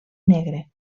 negre